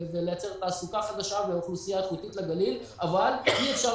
לייצר תעסוקה חדשה ואוכלוסייה איכותית לגליל אבל אי אפשר